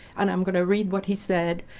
and i'm going to read what he said.